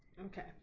Okay